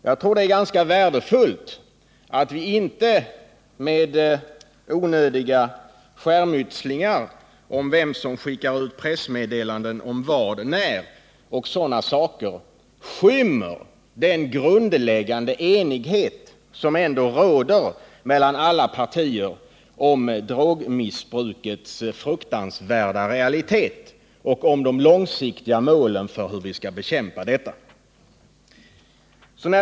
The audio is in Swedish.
Jag tror att det är värdefullt att vi inte med onödiga skärmytslingar om vem som skickar ut pressmeddelanden om vad och när och liknande skymmer den grundläggande enighet som ändå råder mellan alla partier om drogmissbrukets fruktansvärda realitet och om de långsiktiga målen för hur vi skall bekämpa det.